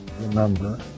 remember